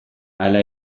hala